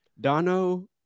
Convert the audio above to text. Dono